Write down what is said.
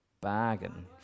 Bargain